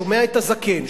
שומע את הזקן,